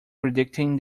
predicting